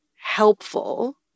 helpful